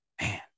man